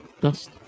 Dust